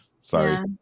sorry